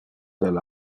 del